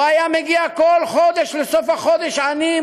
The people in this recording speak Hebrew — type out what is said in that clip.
הוא היה מגיע כל חודש לסוף החודש עני,